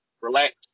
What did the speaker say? relax